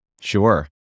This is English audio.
Sure